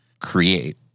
create